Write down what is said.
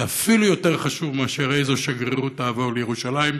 זה אפילו יותר חשוב מאשר איזו שגרירות תעבור לירושלים,